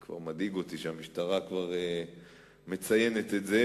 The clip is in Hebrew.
זה כבר מדאיג אותי שהמשטרה מציינת את זה,